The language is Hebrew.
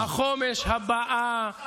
תוכנית החומש הבאה.